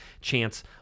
chance